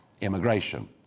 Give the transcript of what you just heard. immigration